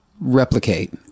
replicate